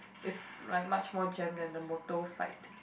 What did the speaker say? is like much more jam than the motor side